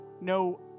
no